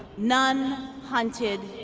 none hunted,